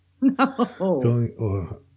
No